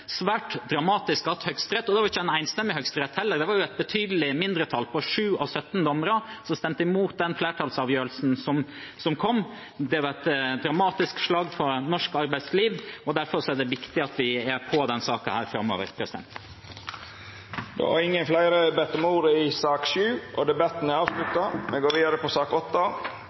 Og det var ikke en enstemmig høyesterett, det var et betydelig mindretall på 7 av 17 dommere som stemte imot den flertallsavgjørelsen som kom. Det var et dramatisk slag for norsk arbeidsliv, og derfor er det viktig at vi er på denne saken framover. Fleire har ikkje bedt om ordet til sak nr. 7. Etter ønske fra arbeids- og